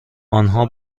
آنها